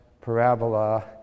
parabola